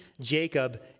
Jacob